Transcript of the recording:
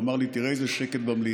הוא אמר לי: תראה איזה שקט במליאה.